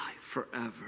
forever